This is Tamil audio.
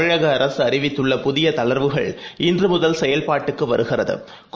தமிழகஅரசுஅறிவித்துள்ளபுதியதளர்வுகள்இன்றுமுதல்செயல்பாட்டுக்குவருகிற து